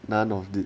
none of it